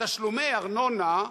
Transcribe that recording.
תשלומי ארנונה,